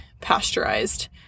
pasteurized